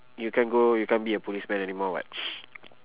you can't go you can't be a policeman anymore [what]